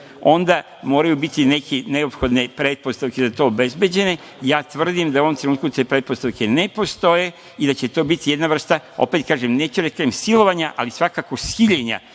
onda moraju biti neke neophodne pretpostavke za to obezbeđene. Ja tvrdim da u ovom trenutku te pretpostavke ne postoje i da će to biti jedna vrsta, opet kažem, neću da kažem silovanja, ali svakako siljenja,